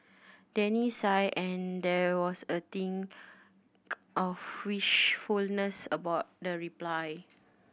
Danny sighed and there was a tinge of wistfulness about the reply